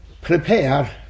prepare